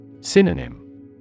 Synonym